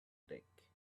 deck